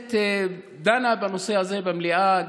הכנסת דנה בנושא הזה במליאה.